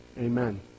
Amen